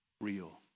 real